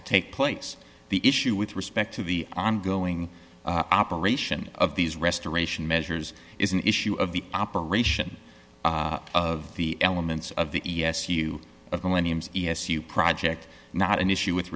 to take place the issue with respect to the ongoing operation of these restoration measures is an issue of the operation of the elements of the e s u of the millennium e s u project not an issue with